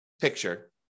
picture